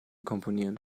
komponieren